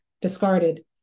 discarded